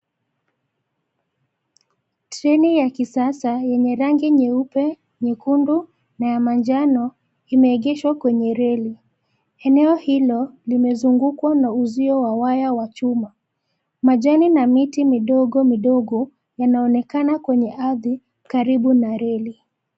Treni ya kisasa yenye rangi nyeupe, nyekundu na ya manjano imeegeshwa kwenye reli. Eneo hilo limezungukwa na uzio wa waya wa chuma. Majani na miti midogo midogo yanaonekana kwenye ardhi karibu na reli.